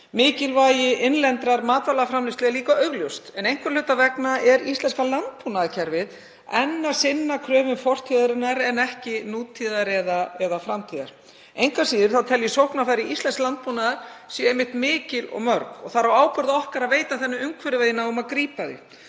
Mikilvægi innlendrar matvælaframleiðslu er líka augljóst en einhverra hluta vegna er íslenska landbúnaðarkerfið enn að sinna kröfum fortíðarinnar en ekki nútíðar eða framtíðar. Engu að síður tel ég að sóknarfæri íslensks landbúnaðar séu mikil og mörg og það er á ábyrgð okkar að veita þannig umhverfi að við náum að grípa þau.